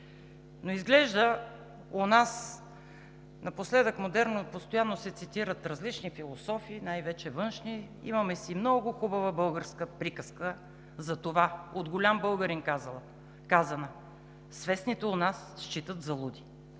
Но изглежда у нас напоследък е модерно и постоянно се цитират различни философи, най-вече външни – имаме си много хубава българска приказка за това, от голям българин казана –„Свестните у нас се считат за луди!“